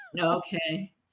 Okay